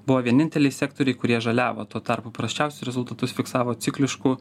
buvo vieninteliai sektoriai kurie žaliavo tuo tarpu prasčiausiai rezultatus fiksavo cikliškų